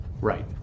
Right